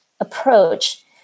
approach